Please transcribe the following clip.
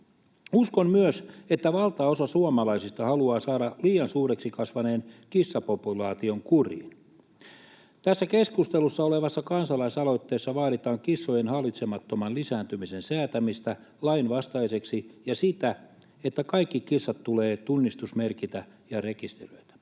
Uskon myös, että valtaosa suomalaisista haluaa saada liian suureksi kasvaneen kissapopulaation kuriin. Tässä keskustelussa olevassa kansalaisaloitteessa vaaditaan kissojen hallitsemattoman lisääntymisen säätämistä lainvastaiseksi ja sitä, että kaikki kissat tulee tunnistusmerkintä ja rekisteröidä.